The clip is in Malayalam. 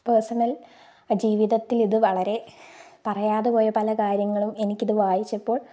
പേർസണൽ ജീവിതത്തിൽ ഇത് വളരെ പറയാതെ പോയ പല കാര്യങ്ങളും എനിക്കിത് വായിച്ചപ്പോൾ